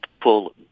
pull